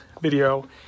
video